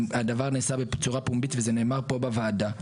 הדבר נעשה בצורה פומבית וזה נאמר פה בוועדה.